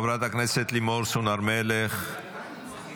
תודה רבה.